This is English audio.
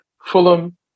Fulham